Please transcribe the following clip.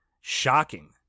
shocking